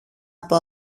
από